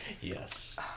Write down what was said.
Yes